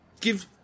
Give